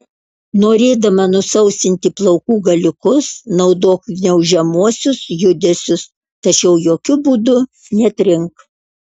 norėdama nusausinti plaukų galiukus naudok gniaužiamuosius judesius tačiau jokiu būdu netrink